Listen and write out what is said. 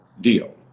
deal